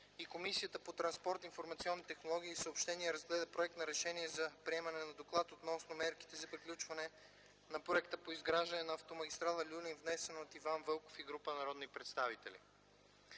Комисията по транспорт, информационни технологии и съобщения, разгледаха проект на Решение за приемане на Доклад относно мерките за приключване на проекта по изграждане на автомагистрала "Люлин", внесен от Иван Вълков и група народни представители.